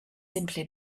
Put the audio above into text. simply